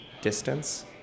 distance